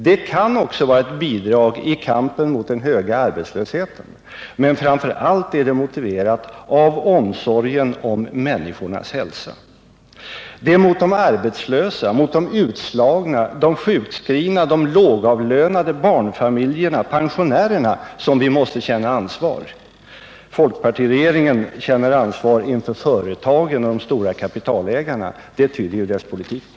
Det kan också vara ett bidrag i kampen mot den höga arbetslösheten, men framför allt är det motiverat av omsorgen om människornas hälsa. Det är mot de arbetslösa, de utslagna, de sjukskrivna, de lågavlönade, barnfamiljerna och pensionärerna som vi måste känna ansvar. Folkpartiregeringen känner ansvar inför företagen och de stora kapitalägarna. Det tyder dess politik på.